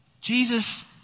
Jesus